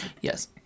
yes